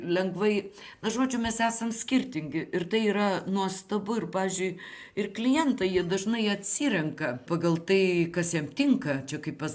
lengvai žodžiu mes esam skirtingi ir tai yra nuostabu ir pavyzdžiui ir klientai jie dažnai atsirenka pagal tai kas jiem tinka čia kaip pas